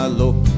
look